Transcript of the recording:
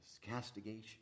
castigation